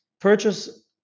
purchase